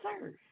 serve